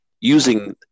using